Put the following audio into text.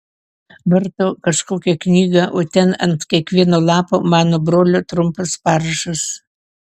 varto kažkokią knygą o ten ant kiekvieno lapo mano brolio trumpas parašas